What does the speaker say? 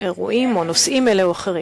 אירועים או נושאים אלו ואחרים.